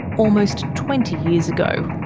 almost twenty years ago.